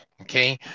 Okay